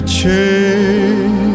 change